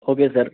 okay sir